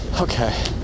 Okay